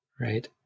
right